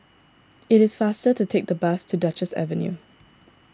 it is faster to take the bus to Duchess Avenue